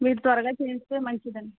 మీరు త్వరగా చేయిస్తే మంచిదండి